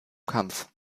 kampf